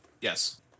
Yes